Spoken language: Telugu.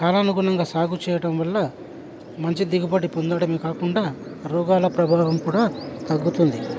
కాలానుగుణంగా సాగు చేయడం వల్ల మంచి దిగుబడి పొందడమే కాకుండా రోగాల ప్రభావం కూడా తగ్గుతుంది